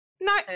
No